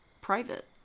private